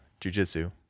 jujitsu